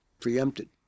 preempted